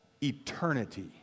eternity